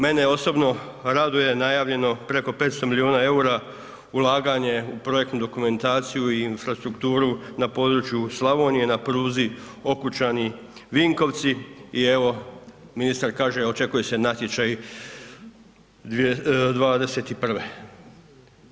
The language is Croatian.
Mene osobno raduje najavljeno preko 500 milijuna eura ulaganje u projektnu dokumentaciju i infrastrukturu na području Slavonije na pruzi Okučani-Vinkovci i evo ministar kaže očekuje se natječaj '21.